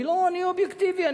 אני אובייקטיבי,